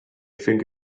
think